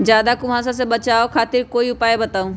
ज्यादा कुहासा से बचाव खातिर कोई उपाय बताऊ?